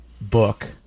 book